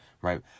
right